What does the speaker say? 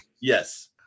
Yes